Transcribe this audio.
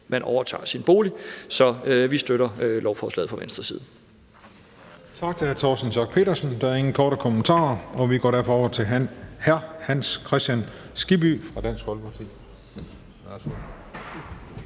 man overtager sin bolig. Så vi støtter lovforslaget fra Venstres side.